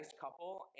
couple